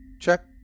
check